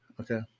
Okay